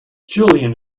julian